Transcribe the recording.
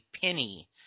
penny